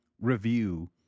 review